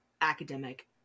academic